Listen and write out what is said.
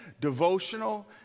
devotional